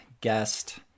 guest